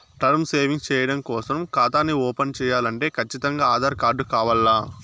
term savings చెయ్యడం కోసరం కాతాని ఓపన్ చేయాలంటే కచ్చితంగా ఆధార్ కార్డు కావాల్ల